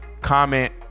comment